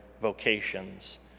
vocations